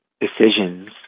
decisions